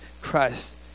Christ